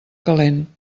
calent